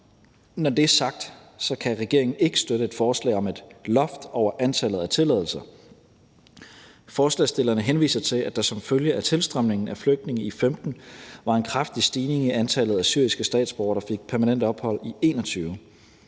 Når det er sagt, kan regeringen ikke støtte et forslag om et loft over antallet af tilladelser. Forslagsstillerne henviser til, at der som følge af tilstrømningen af flygtninge i 2015 var en kraftig stigning i antallet af syriske statsborgere, der fik permanent ophold i 2021.